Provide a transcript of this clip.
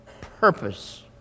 Purpose